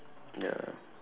ya